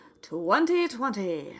2020